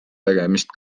tegemist